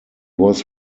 was